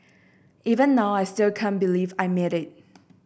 even now I still can't believe I made it